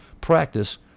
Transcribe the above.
practice